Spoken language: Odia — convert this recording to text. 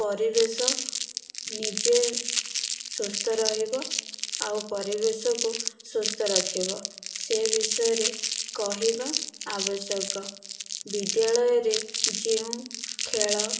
ପରିବେଶ ନିଜେ ସୁସ୍ଥ ରହିବ ଆଉ ପରିବେଶକୁ ସୁସ୍ଥ ରଖିବ ସେହି ବିଷୟରେ କହିବା ଆବଶ୍ୟକ ବିଦ୍ୟାଳୟରେ ଯେଉଁ ଖେଳ